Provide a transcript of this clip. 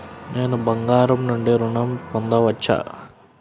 నేను బంగారం నుండి ఋణం పొందవచ్చా?